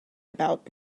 about